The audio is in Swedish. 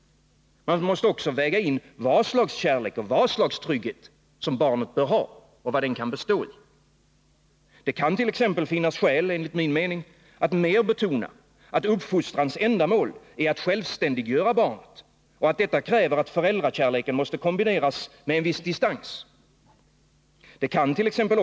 Man måste också väga in vad slags kärlek och trygghet som barnet bör ha och vad den skall bestå i. Det kant.ex. enligt min mening finnas skäl att mer betona att uppfostrans ändamål är att självständiggöra barnet och att detta kräver att föräldrakärleken måste kombineras med en viss distans. Det kant.ex.